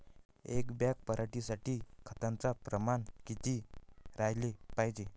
एक बॅग पराटी साठी खताचं प्रमान किती राहाले पायजे?